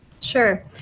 Sure